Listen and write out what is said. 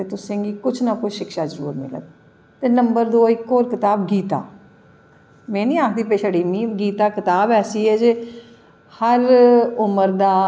तुसेंगी कुश ना कुश शिक्षा जरूर मिलग इक होर कताब गीता में नी आखदी कि गीता कताब ऐसी ऐ के हर उमर दा